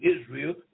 Israel